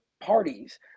parties